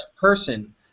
person